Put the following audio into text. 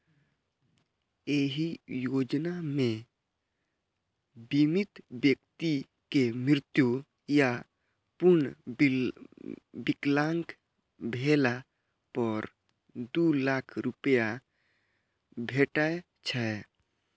एहि योजना मे बीमित व्यक्ति के मृत्यु या पूर्ण विकलांग भेला पर दू लाख रुपैया भेटै छै